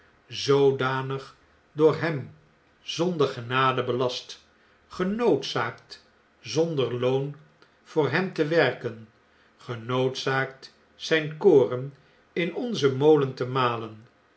zoodanig door hem zonder genade belast genoodzaakt zonder loon voor hem te werken genoodzaakt zj'n koren in onzen molen te malen